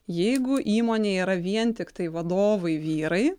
jeigu įmonė yra vien tiktai vadovai vyrai